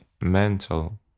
mental